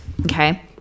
Okay